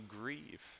grieve